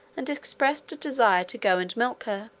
and expressed a desire to go and milk her.